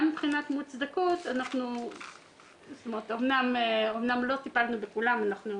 גם מבחינת מוצדקות, אמנם לא טיפלנו בכולן, אנחנו